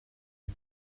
you